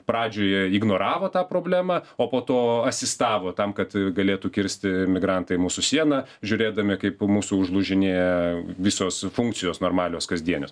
pradžioje ignoravo tą problemą o po to asistavo tam kad galėtų kirsti migrantai mūsų sieną žiūrėdami kaip mūsų užlūžinėja visos funkcijos normalios kasdienės